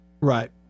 Right